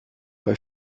bei